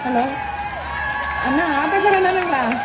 hello அண்ணா ஆட்டோக்கார அண்ணனுங்களா